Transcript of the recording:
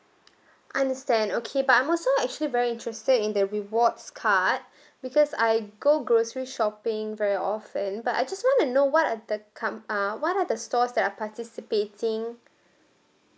understand okay but I'm also actually very interested in the rewards card because I go grocery shopping very often but I just want to know what are the com~ uh what are the stores that are participating